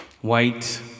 white